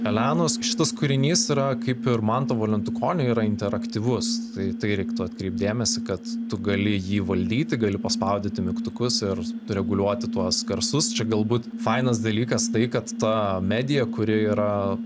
elenos šitas kūrinys yra kaip ir manto valentukonio yra interaktyvus tai tai reiktų atkreipt dėmesį kad tu gali jį valdyti gali paspaudyti mygtukus ir reguliuoti tuos garsus čia galbūt fainas dalykas tai kad ta medija kuri yra